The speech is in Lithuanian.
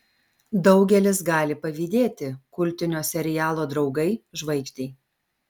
daugelis gali pavydėti kultinio serialo draugai žvaigždei